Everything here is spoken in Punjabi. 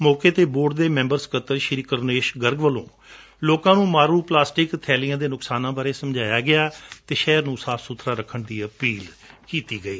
ਮੌਕੇ ਤੇ ਬੋਰਡ ਦੇ ਮੈਂਬਰ ਸਕੱਤਰ ਕਰੁਨੇਸ਼ ਗਰਗ ਵੱਲੋਂ ਲੋਕਾਂ ਨੂੰ ਮਾਰੁ ਪਲਾਸਟਿਕ ਬੈਲਿਆਂ ਦੇ ਨੁਕਸਾਨਾਂ ਬਾਰੇ ਸਮਝਾਇਆ ਗਿਆ ਅਤੇ ਸ਼ਹਿਰ ਨੂੰ ਸਾਫ਼ ਸੁਥਰਾਂ ਰੱਖਣ ਦੀ ਅਪੀਲ ਕੀਤੀ ਗਈ